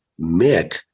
Mick